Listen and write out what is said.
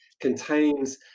contains